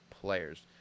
players